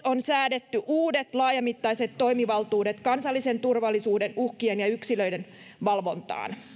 on säädetty uudet laajamittaiset toimivaltuudet kansallisen turvallisuuden uhkien ja yksilöiden valvontaan